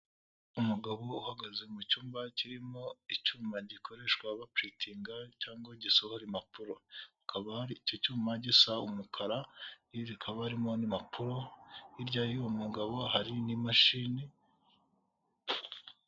Umugabo uhagaze mu cyumba kirimo icyuma gikoreshwa ba puritinga cyangwa gisohora impapuro hakaba hari icyo cyuma gisa umukara rikaba harimo n'impapuro hirya y'uwo mugabo hari n'imashini.